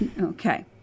Okay